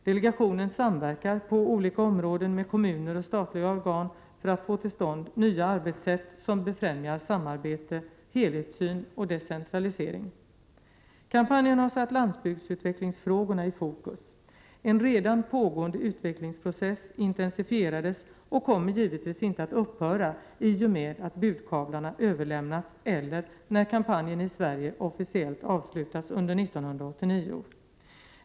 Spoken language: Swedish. Delegationen samverkar på olika områden med kommuner och statliga organ för att få till stånd nya arbetssätt som befrämjar samarbetet, helhetssyn och decentralisering. Kampanjen har satt landsbyggdsutvecklingsfrågorna i fokus. En redan pågående utvecklingsprocess intensifierades och kommer givetvis inte att upphöra i och med att budkavlarna överlämnats eller när kampanjen i Sverige officiellt avslutas under 1989.